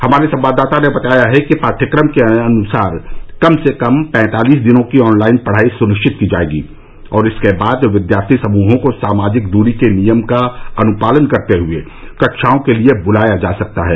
हमारे संवाददाता ने बताया है कि पाठ्यक्रम के अनुसार कम से कम पैंतालीस दिनों की ऑनलाइन पढ़ाई सुनिश्चित की जाएगी और इसके बाद विद्यार्थी समूहों को सामाजिक दूरी के नियम का अनुपालन करते हुए कक्षाओं के लिए बुलाया जा सकता है